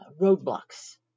roadblocks